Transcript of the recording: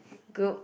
group